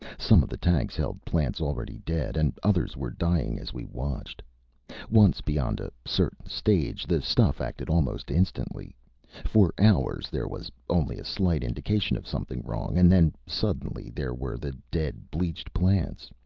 some of the tanks held plants already dead, and others were dying as we watched once beyond a certain stage, the stuff acted almost instantly for hours there was only a slight indication of something wrong, and then suddenly there were the dead, bleached plants.